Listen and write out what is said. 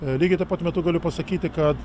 lygiai taip pat metu galiu pasakyti kad